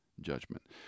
judgment